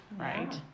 right